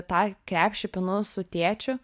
tą krepšį pinu su tėčiu